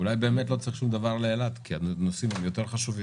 אולי באמת לא צריך שום דבר לאילת כי הנושאים האלה יותר חשובים.